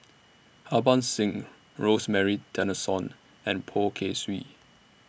Harbans Singh Rosemary Tessensohn and Poh Kay Swee